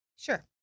Sure